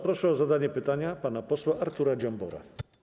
Proszę o zadanie pytania pana posła Artura Dziambora.